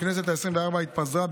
הכנסת העשרים-וארבע התפזרה,